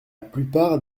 plupart